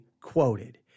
quoted